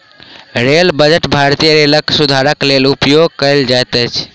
rail budget भारतीय रेलक सुधारक लेल उपयोग कयल जाइत अछि